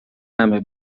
همه